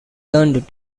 turned